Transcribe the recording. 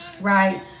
right